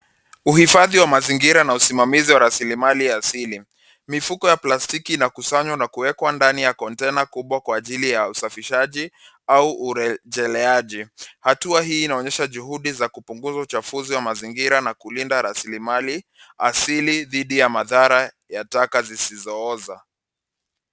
Uhifadhi wa mazingira na usimamizi wa rasilimali ya asili. Mifuko ya plastiki inakusanywa, na kuwekwa ndani ya kontena kubwa kwa ajili ya usafishaji, au urejeleaji. Hatua hii inaonyesha juhudi za kupunguza uchafuzi wa mazingira na kulinda rasilimali asili dhidi ya madhara ya taka zisizooza.